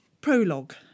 Prologue